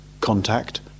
contact